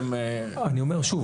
אני אומר שוב